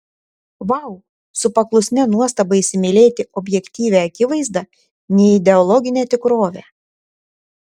vau su paklusnia nuostaba įsimylėti objektyvią akivaizdą neideologinę tikrovę